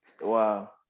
Wow